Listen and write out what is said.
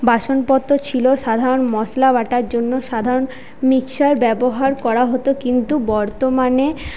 বাসনপত্র ছিল সাধারণ মশলা বাটার জন্য সাধারণ মিক্সার ব্যবহার করা হতো কিন্তু বর্তমানে